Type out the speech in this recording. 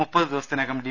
മുപ്പത് ദിവസത്തിനകം ഡി